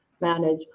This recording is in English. manage